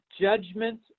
judgment